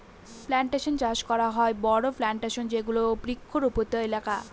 plantation চাষ করা হয় বড়ো প্লানটেশনে যেগুলো বৃক্ষরোপিত এলাকা